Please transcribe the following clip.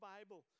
Bible